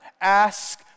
Ask